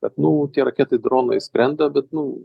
kad nu tie raketai dronai skrenda bet nu